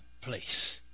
place